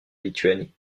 lituanie